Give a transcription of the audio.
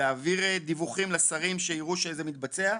להעביר דיווחים לשרים שיראו שזה מתבצע.